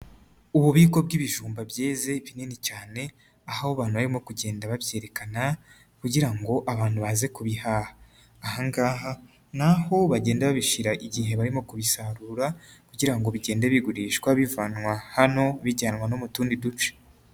Ububiko bw'ibijumba byeze binini cyane, aho bantu barimo kugenda babyerekana, kugira ngo abantu baze kubihaha, ahangaha naho bagenda babishyira igihe barimo kubisarura, kugira ngo bigende bigurishwa bivanwa hano bijyanwa no mu tundi duce.